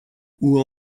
who